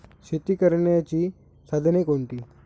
शेती करण्याची साधने कोणती?